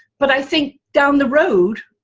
but i think down the road,